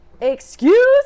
Excuse